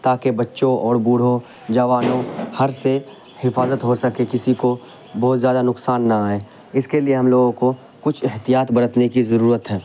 تاکہ بچوں اور بوڑھوں جوانوں ہر سے حفاظت ہو سکے کسی کو بہت زیادہ نقصان نہ آئے اس کے لیے ہم لوگوں کو کچھ احتیاط برتنے کی ضرورت ہے